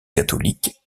catholique